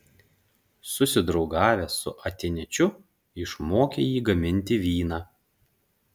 susidraugavęs su atėniečiu išmokė jį gaminti vyną